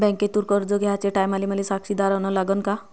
बँकेतून कर्ज घ्याचे टायमाले मले साक्षीदार अन लागन का?